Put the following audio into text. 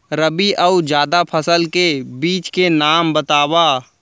रबि अऊ जादा फसल के बीज के नाम बताव?